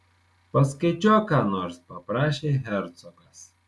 paskaičiuok ką nors paprašė hercogas